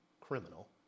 criminal